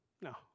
No